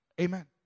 Amen